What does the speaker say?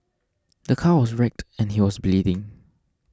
the car was wrecked and he was bleeding